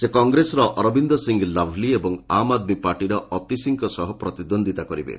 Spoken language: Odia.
ସେ କଗ୍ରେସର ଅରବିନ୍ଦ ସିଂ ଲଭ୍ଲି ଏବଂ ଆମ୍ ଆଦ୍ମୀ ପାର୍ଟିର ଅତିସିଙ୍କ ସହ ପ୍ରତିଦ୍ୱନ୍ଦ୍ୱିତା କରିବେ